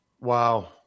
Wow